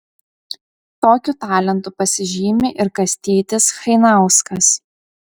tokiu talentu pasižymi ir kastytis chainauskas